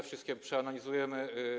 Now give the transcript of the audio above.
Wszystkie je przeanalizujemy.